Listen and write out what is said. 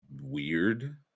weird